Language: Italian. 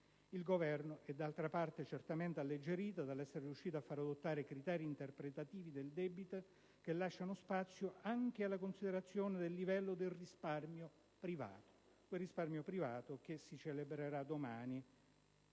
Il Governo è, d'altra parte, certamente alleggerito dall'esser riuscito a far adottare criteri interpretativi del debito che lasciano spazio anche alla considerazione del livello del risparmio privato: quel risparmio